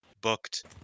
booked